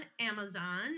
Amazon